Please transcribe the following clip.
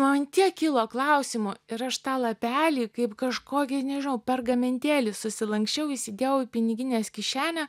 man tiek kilo klausimų ir aš tą lapelį kaip kažkokį nežinau pergamentėlį susilanksčiau įsidėjau į piniginės kišenę